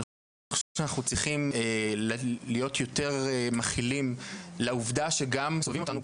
ואני חושב שאנחנו צריכים להיות יותר מכילים לעובדה שגם לסובבים אותנו,